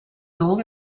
old